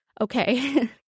Okay